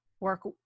work